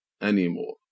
anymore